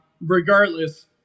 regardless